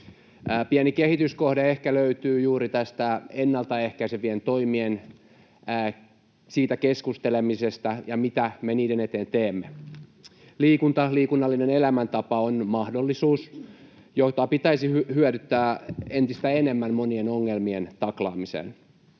Pieni kehityskohde ehkä löytyy juuri tästä ennalta ehkäisevistä toimista keskustelemisesta ja siitä, mitä me niiden eteen teemme. Liikunta, liikunnallinen elämäntapa, on mahdollisuus, jota pitäisi hyödyntää entistä enemmän monien ongelmien taklaamiseen.